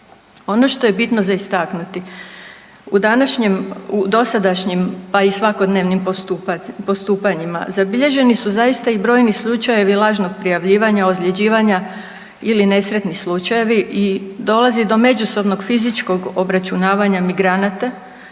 Ono što je bitno za istaknuti u današnjem, u dosadašnjim pa i svakodnevnim postupanjima zabilježeni su zaista i brojni slučajevi lažnog prijavljivanja, ozljeđivanja ili nesretni slučajevi i dolazi do međusobnog fizičkog obračunavanja migranata